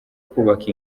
kubaka